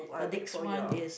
the next one is